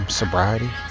sobriety